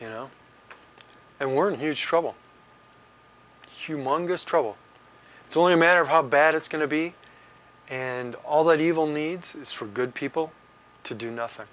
you know and we're huge trouble humongous trouble it's only a matter of how bad it's going to be and all that evil needs is for good people to do nothing